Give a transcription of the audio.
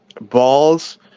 balls